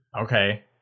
Okay